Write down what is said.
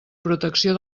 protecció